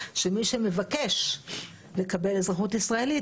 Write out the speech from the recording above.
שמי שמבקש לקבל אזרחות ישראלית,